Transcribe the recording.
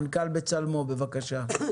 מנכ"ל בצלמו, בבקשה.